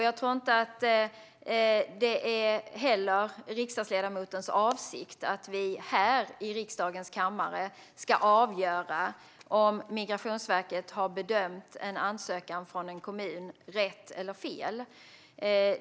Jag tror inte heller att det är riksdagsledamotens avsikt att vi här i riksdagens kammare ska avgöra om Migrationsverket har bedömt en ansökan från en kommun rätt eller fel.